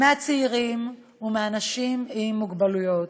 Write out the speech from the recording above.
הצעירים והאנשים עם מוגבלויות.